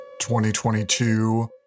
2022